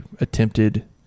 attempted –